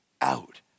out